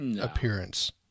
appearance